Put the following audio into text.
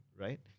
right